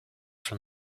from